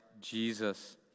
Jesus